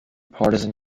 partisan